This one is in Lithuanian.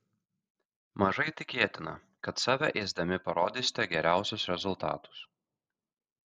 mažai tikėtina kad save ėsdami parodysite geriausius rezultatus